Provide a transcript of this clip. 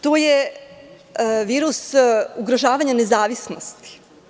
To je virus ugrožavanja nezavisnosti.